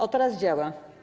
O, teraz działa.